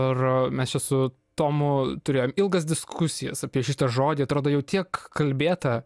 ir mes čia su tomu turėjom ilgas diskusijas apie šitą žodį atrodo jau tiek kalbėta